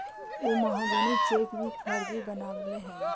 उ महाजनी चेक भी फर्जी बनवैले हइ